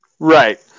Right